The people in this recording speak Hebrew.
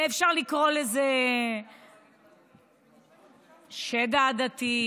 אפשר לקרוא לזה "השד העדתי",